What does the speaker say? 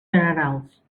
generals